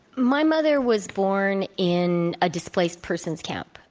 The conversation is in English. my mother was born in a displaced person's camp,